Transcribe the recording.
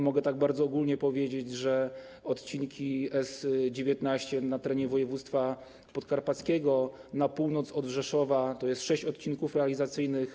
Mogę tak bardzo ogólnie powiedzieć, że odcinki S19 na terenie województwa podkarpackiego na północ od Rzeszowa to jest sześć odcinków realizacyjnych.